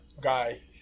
guy